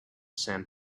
sand